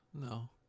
No